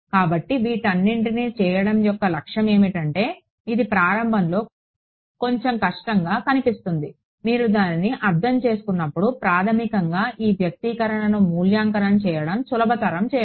కాబట్టి వీటన్నింటిని చేయడం యొక్క లక్ష్యం ఏమిటంటే ఇది ప్రారంభంలో కొంచెం కష్టంగా కనిపిస్తుంది మీరు దానిని అర్థం చేసుకున్నప్పుడు ప్రాథమికంగా ఈ వ్యక్తీకరణను మూల్యాంకనం చేయడం సులభతరం చేయడం